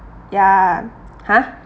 ya !huh!